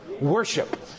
Worship